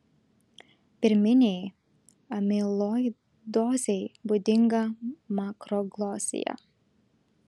pirminei amiloidozei būdinga makroglosija